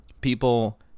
people